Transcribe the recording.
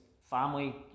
family